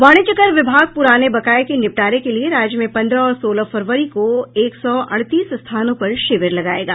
वाणिज्यकर विभाग पुराने बकाये के निपटारे के लिए राज्य में पन्द्रह और सोलह फरवरी को एक सौ अड़तीस स्थानों पर शिविर लगायेगा